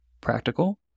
Practical